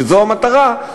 שזו המטרה,